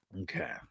Okay